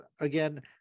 again